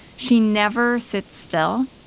she never sits still.